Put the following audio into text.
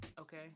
okay